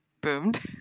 boomed